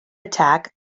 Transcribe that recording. attack